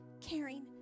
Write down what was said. caring